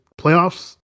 playoffs